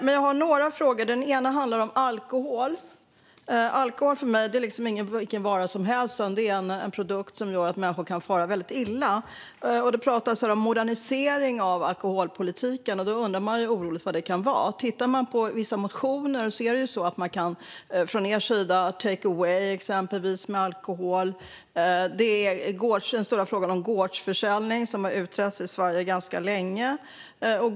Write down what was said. Min första fråga handlar om alkohol, som för mig inte är vilken vara som helst utan en produkt som gör att människor kan fara väldigt illa. Det pratas här om modernisering av alkoholpolitiken, och jag undrar oroligt vad detta kan innebära. I vissa motioner från Moderaternas sida finns det till exempel förslag om takeaway för alkohol och om gårdsförsäljning, vilket är en fråga som har utretts ganska länge i Sverige.